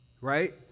right